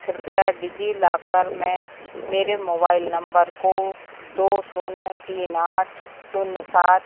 कृप्या डीजिलाकर में मेरे मोबाइल नंबर को दो शून्य तीन आठ शून्य सात